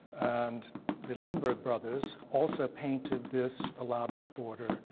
and the limbourg brothers also painted this elaborate border.